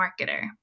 marketer